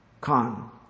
con